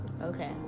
Okay